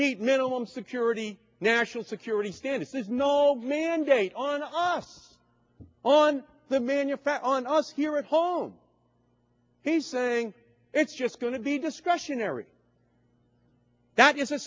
meet minimum security national security standards there's no mandate on us on the man you're fat on us here at home he's saying it's just going to be discretionary that is a